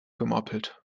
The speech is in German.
gemoppelt